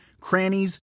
crannies